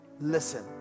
Listen